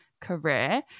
career